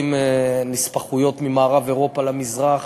מסיטים נספחויות ממערב-אירופה למזרח,